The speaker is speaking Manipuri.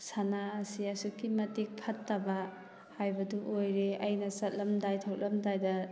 ꯁꯟꯅꯥ ꯑꯁꯤ ꯑꯁꯨꯛꯀꯤ ꯃꯇꯤꯛ ꯐꯠꯇꯕ ꯍꯥꯏꯕꯗꯨ ꯑꯣꯏꯔꯦ ꯑꯩꯅ ꯆꯠꯂꯝꯗꯥꯏ ꯊꯣꯛꯂꯝꯗꯥꯏꯗ